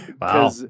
Wow